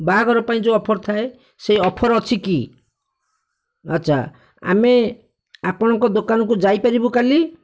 ବାହାଘର ପାଇଁ ଯେଉଁ ଅଫର ଥାଏ ସେହି ଅଫର ଅଛି କି ଆଛା ଆମେ ଆପଣଙ୍କ ଦୋକାନକୁ ଯାଇପାରିବୁ କାଲି